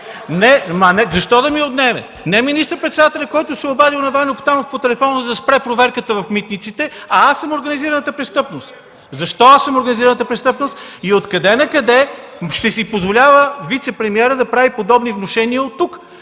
Защо да ми я отнеме? Не министър-председателят, който се е обадил на Ваньо Танов по телефона, за да спре проверката в митниците, а аз съм организираната престъпност. Защо аз съм организираната престъпност и откъде-накъде ще си позволява вицепремиерът да прави подобни внушения оттук?